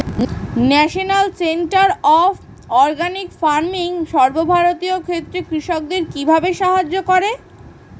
National centre of organic farming সর্বভারতীয় ক্ষেত্রে কৃষকদের কিভাবে সাহায্য করে?